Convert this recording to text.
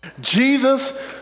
Jesus